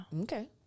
Okay